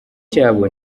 cyabo